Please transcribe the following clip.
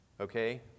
Okay